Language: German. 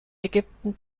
ägypten